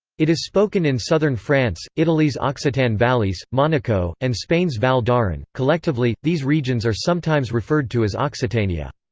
it is spoken in southern france, italy's occitan valleys, monaco, and spain's val d'aran collectively, these regions are sometimes referred to as occitania.